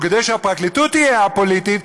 וכדי שהפרקליטות תהיה א-פוליטית,